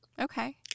Okay